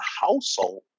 household